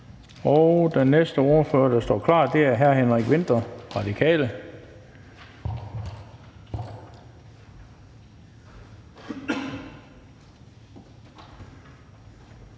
Den næste ordfører, der står klar, er hr. Henrik Vinther, Radikale.